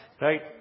right